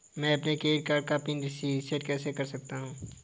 मैं अपने credit card का पिन रिसेट कैसे कर सकता हूँ?